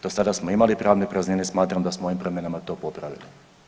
Do sada smo imali pravne praznine i smatram da smo ovim promjenama to popravili.